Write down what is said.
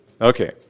Okay